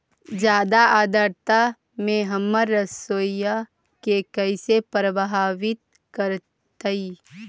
जादा आद्रता में हमर सरसोईय के कैसे प्रभावित करतई?